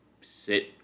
sit